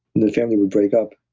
and the family would break up.